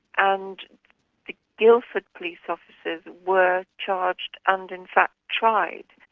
and the guildford police officers were charged and in fact tried.